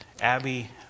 Abby